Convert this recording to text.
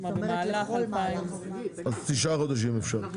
ניתן להשהות --- אז תשעה חודשים אפשר.